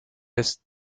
des